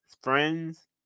friends